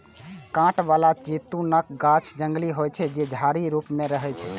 कांट बला जैतूनक गाछ जंगली होइ छै, जे झाड़ी रूप मे रहै छै